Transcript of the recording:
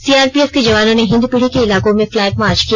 CRPF के जवानों ने हिन्दपीढ़ी के इलाकों में फ्लैग मार्च किया